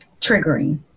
triggering